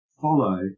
follow